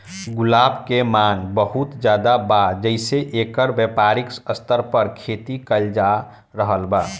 गुलाब के मांग बहुत ज्यादा बा जेइसे एकर व्यापारिक स्तर पर खेती कईल जा रहल बा